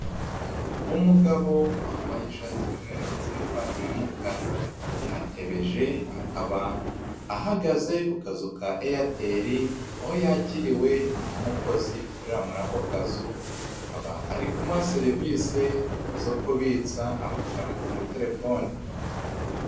Umugabo wambaye ishati y'umweru ndetse n'ipantaro y'umukara. Yatebeje, akaba, ahagaze ku kazu ka Airtel, aho yakiriwe n'umukozi ukorera muri ako kazu, akaba ari kumuha serivise, zo kubitsa amafaranga kuri telefoni.